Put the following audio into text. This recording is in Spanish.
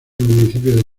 municipio